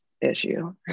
Issue